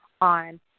on